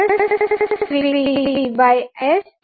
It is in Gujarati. જેથી સર્કિટ ને આપણે S ડોમેઇન માં દર્શાવી શકીએ છીએ